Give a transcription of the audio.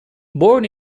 born